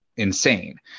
Insane